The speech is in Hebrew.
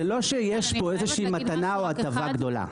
זה לא שיש פה מתנה או הטבה גדולה.